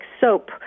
soap